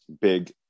big